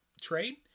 trade